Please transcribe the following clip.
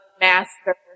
Master